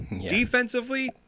Defensively